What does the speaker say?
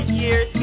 years